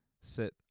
sit